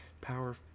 power